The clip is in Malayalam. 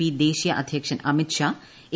പി ദേശീയ അധ്യക്ഷൻ അമിത് ഷാ എ